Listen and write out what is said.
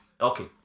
Okay